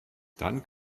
dann